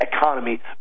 economy